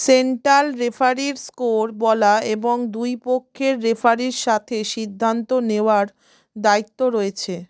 central রেফারির score বলা এবং দুই পক্ষের রেফারির সাথে সিদ্ধান্ত নেওয়ার দায়িত্ব রয়েছে